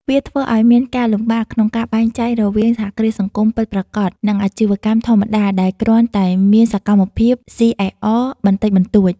វាធ្វើឱ្យមានការលំបាកក្នុងការបែងចែករវាងសហគ្រាសសង្គមពិតប្រាកដ និងអាជីវកម្មធម្មតាដែលគ្រាន់តែមានសកម្មភាព សុី អេស អរ បន្តិចបន្តួច ។